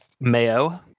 Mayo